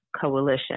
coalition